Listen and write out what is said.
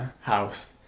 house